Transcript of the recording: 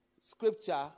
scripture